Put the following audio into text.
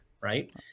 right